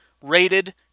rated